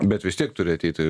bet vis tiek turi ateiti